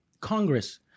Congress